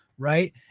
right